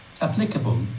applicable